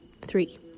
three